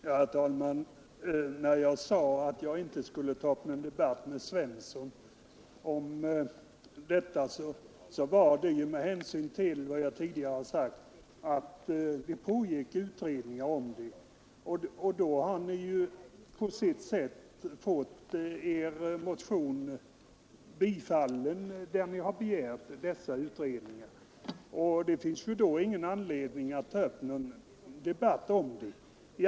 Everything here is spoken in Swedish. Herr talman! När jag sade att jag inte skulle ta upp någon debatt med herr Svensson i Malmö så var det med hänsyn till vad jag tidigare sagt, nämligen att det pågår utredningar. Då har ni ju på sätt och vis fått er motion, där ni begär utredningar, bifallen, och det finns då ingen anledning att ta upp någon debatt om det.